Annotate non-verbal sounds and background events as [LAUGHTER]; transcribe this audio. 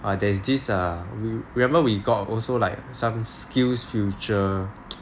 err there is this err remember we got also like some SkillsFuture [NOISE]